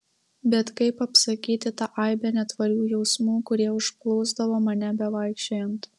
bet kaip apsakyti tą aibę netvarių jausmų kurie užplūsdavo mane bevaikščiojant